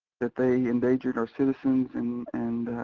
that they endangered our citizens and and